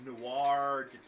Noir